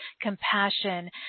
compassion